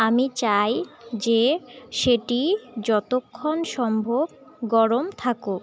আমি চাই যে সেটি যতক্ষণ সম্ভব গরম থাকুক